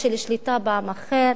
התשע"ב 2012,